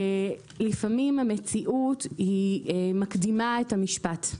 לפעמים המציאות מקדימה את המשפט,